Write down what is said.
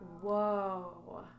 Whoa